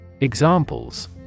Examples